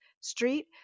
Street